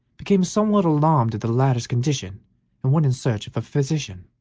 became somewhat alarmed at the latter's condition and went in search of a physician.